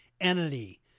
entity